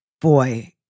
Boy